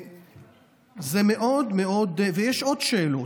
זה מאוד מאוד, ויש עוד שאלות: